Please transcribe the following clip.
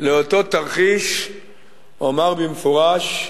על אותו תרחיש אומר במפורש: